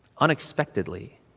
Unexpectedly